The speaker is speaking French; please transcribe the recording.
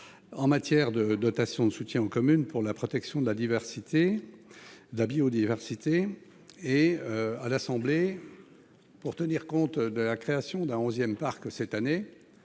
en matière de dotation de soutien aux communes pour la protection de la biodiversité. L'Assemblée nationale, pour tenir compte de la création d'un onzième parc cette année,